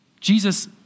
Jesus